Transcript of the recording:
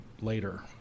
later